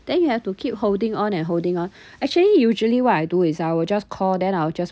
then you have to keep holding on and holding on actually usually what I do is I will just call then I will just